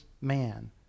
man